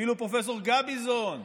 אפילו פרופ' גביזון,